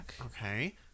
Okay